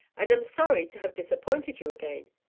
and am sorry to have disappointed you again,